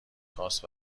خواست